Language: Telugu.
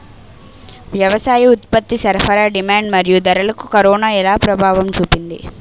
వ్యవసాయ ఉత్పత్తి సరఫరా డిమాండ్ మరియు ధరలకు కరోనా ఎలా ప్రభావం చూపింది